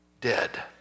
dead